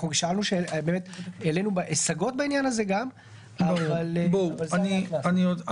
באמת העלינו השגות בעניין הזה גם אבל זה היה הקנס.